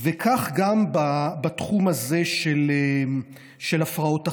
וכך גם בתחום הזה של הפרעות אכילה.